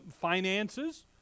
finances